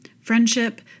friendship